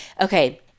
Okay